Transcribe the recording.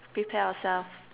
prepare ourselves